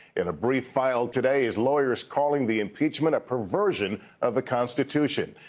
in a brief filed today, his lawyers calling the impeachment a proversion of the constitution.